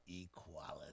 equality